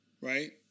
Right